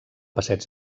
passeig